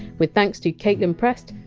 with thanks to kaitlin prest,